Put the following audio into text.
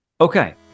Okay